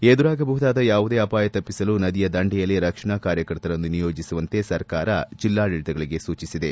ಎದುರಾಗಬಹುದಾದ ಯಾವುದೇ ಅವಾಯ ತಪ್ಪಿಸಲು ನದಿಯ ದಂಡೆಯಲ್ಲಿ ರಕ್ಷಣಾ ಕಾರ್ಯಕರ್ತರನ್ನು ನಿಯೋಜಿಸುವಂತೆ ಸರ್ಕಾರ ಜಿಲ್ಲಾಡಳಿತಗಳಿಗೆ ಸೂಚಿಸಿದೆ